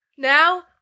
Now